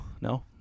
No